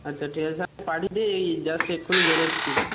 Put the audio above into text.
আচ্ছা ঠিক আছে স্যার পাঠিয়ে দিয়ে এই জাস্ট এক্ষুনি বেরোচ্ছি